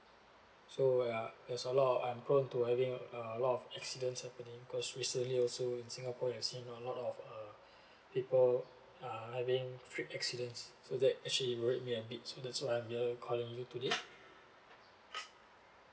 so uh there's a lot I'm prone to having a a lot of accidents happening because recently also in singapore I've seen a lot of uh people uh having trip accidents so that actually worried me a bit so that's why I'm here calling you today